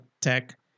tech